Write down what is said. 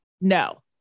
No